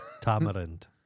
Tamarind